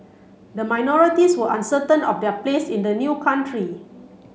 the minorities were uncertain of their place in the new country